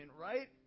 right